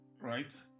right